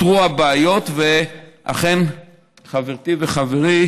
אותרו הבעיות, ואכן חברתי וחברי